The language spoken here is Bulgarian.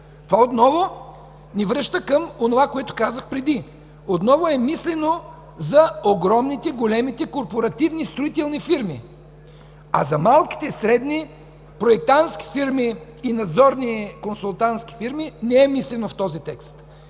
Това отново ни връща към онова, което казах преди: отново е мислено за огромните, големите корпоративни строителни фирми, а за малките, средните, проектантски фирми и надзорни консултантски фирми, не е мислено в този текст.